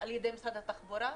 על ידי משרד התחבורה?